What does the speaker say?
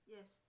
Yes